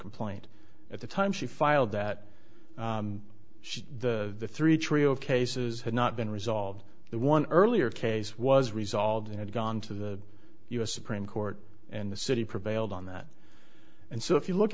complaint at the time she filed that she the three trio of cases had not been resolved the one earlier case was resolved and gone to the u s supreme court and the city prevailed on that and so if you look